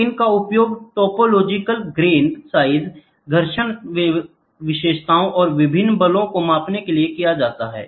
तो इसका उपयोग टोपोलॉजिकल ग्रेन साइज़ घर्षण विशेषताओं और विभिन्न बलों को मापने के लिए किया जा सकता है